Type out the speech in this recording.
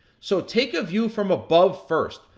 so, take a view from above first.